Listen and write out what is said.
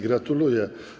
Gratuluję.